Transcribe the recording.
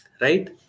right